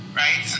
right